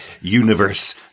universe